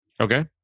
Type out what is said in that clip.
okay